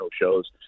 shows